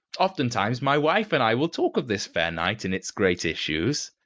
oftentimes my wife and i will talk of this fair night and its great issues.